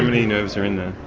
many nerves are in there?